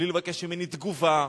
בלי לבקש ממני תגובה.